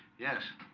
yes,